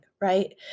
Right